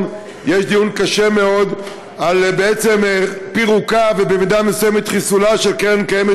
יש דיון קשה מאוד על פירוקה ובמידה מסוימת חיסולה של קרן קיימת